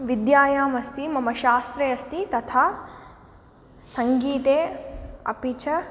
विद्यायाम् अस्ति मम शास्त्रे अस्ति तथा सङ्गीते अपि च